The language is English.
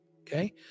okay